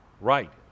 Right